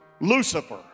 Lucifer